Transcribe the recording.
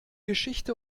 geschichte